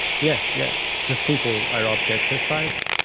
yeah yeah just simple aerobic exercise.